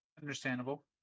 Understandable